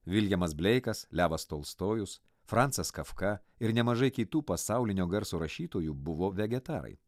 viljamas bleikas levas tolstojus francas kafka ir nemažai kitų pasaulinio garso rašytojų buvo vegetarai